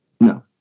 No